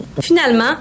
Finalement